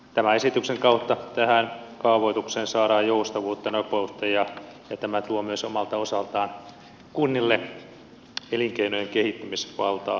tämän esityksen kautta tähän kaavoitukseen saadaan joustavuutta nopeutta ja tämä tuo myös omalta osaltaan kunnille elinkeinojen kehittämisvaltaa aivan oikealla tavalla